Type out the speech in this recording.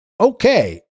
Okay